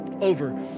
over